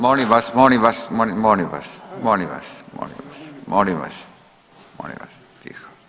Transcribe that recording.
Molim vas, molim vas, molim vas, molim vas, molim vas, molim vas tiho.